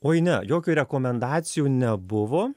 oi ne jokių rekomendacijų nebuvo